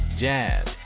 jazz